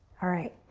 alright,